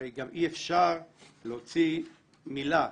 אלא גם אי אפשר להוציא מילה,